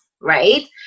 right